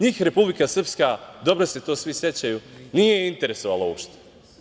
Njih Republika Srpska, dobro se to svi sećaju, nije interesovala uopšte.